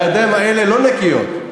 הידיים האלה לא נקיות.